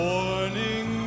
Morning